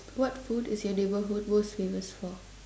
what food is your neighborhood most famous for